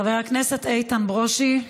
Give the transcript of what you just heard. חבר הכנסת איתן ברושי,